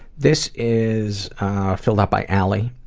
this is filled out by allie.